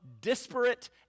disparate